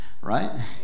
right